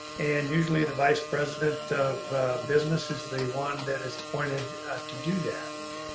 and usually, the vice president of business is the one that is appointed to do that.